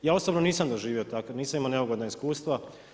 Ja osobno nisam doživio tako, nisam imao neugodna iskustva.